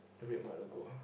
the red mart logo ah